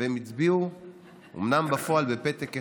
ואומנם הם הצביעו בפועל בפתק אחד,